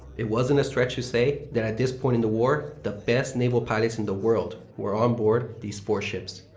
it wasn't a stretch to say that at this point in the war, the best naval pilots in the world were onboard these four ships.